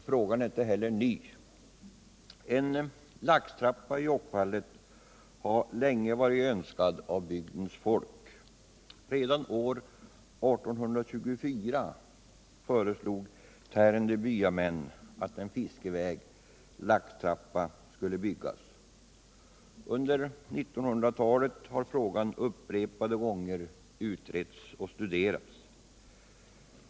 Frågan är inte heller ny; en laxtrappa vid Jokkfallet har länge varit önskad av bygdens folk. Redan år 1824 föreslog Tärendö byamän att en fiskväg — laxtrappa — skulle byggas. Under 1900-talet har frågan upprepade gånger utretts och studerats.